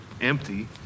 empty